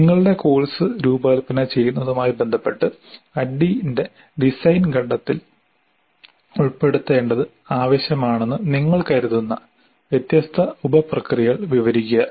നിങ്ങളുടെ കോഴ്സ് രൂപകൽപ്പന ചെയ്യുന്നതുമായി ബന്ധപ്പെട്ട് ADDIE ന്റെ ഡിസൈൻ ഘട്ടത്തിൽ ഉൾപ്പെടുത്തേണ്ടത് ആവശ്യമാണെന്ന് നിങ്ങൾ കരുതുന്ന വ്യത്യസ്ത ഉപപ്രക്രിയകൾ വിവരിക്കുക